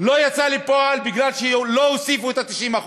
לא יצא לפועל, כי לא הוסיפו את ה-90%.